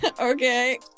Okay